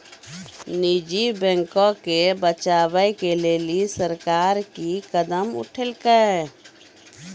निजी बैंको के बचाबै के लेली सरकार कि कदम उठैलकै?